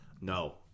no